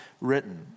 written